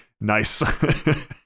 Nice